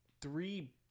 three